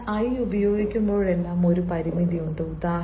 എന്നാൽ ഞാൻ I ഉപയോഗിക്കുമ്പോഴെല്ലാം ഒരു പരിമിതി ഉണ്ട്